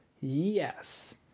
Yes